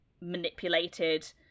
manipulated